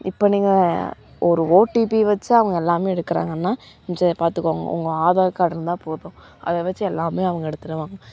இப்போ நீங்கள் ஒரு ஓடிபி வச்சு அவங்க எல்லாமே எடுக்கிறாங்கன்னா பார்த்துக்கோங்க உங்கள் ஆதார் கார்டு இருந்தால் போதும் அதை வச்சு எல்லாமே அவங்க எடுத்துடுவாங்க